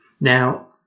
Now